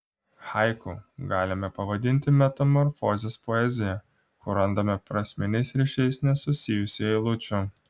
haiku galime pavadinti metamorfozės poeziją kur randame prasminiais ryšiais nesusijusių eilučių